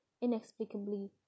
inexplicably